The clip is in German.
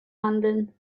handeln